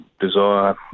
desire